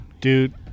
Dude